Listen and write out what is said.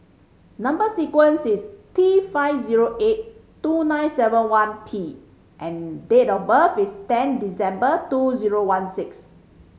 number sequence is T five zero eight two nine seven one P and date of birth is ten December two zero one six